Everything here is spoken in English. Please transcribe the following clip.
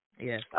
Yes